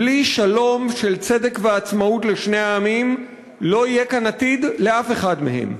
בלי שלום של צדק ועצמאות לשני העמים לא יהיה כאן עתיד לאף אחד מהם.